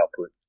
output